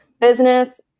business